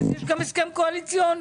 יש גם הסכם קואליציוני.